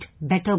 better